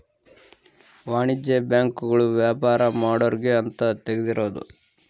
ವಾಣಿಜ್ಯ ಬ್ಯಾಂಕ್ ಗಳು ವ್ಯಾಪಾರ ಮಾಡೊರ್ಗೆ ಅಂತ ತೆಗ್ದಿರೋದು